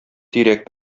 тирәк